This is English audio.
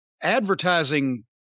advertising